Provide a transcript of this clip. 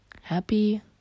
happy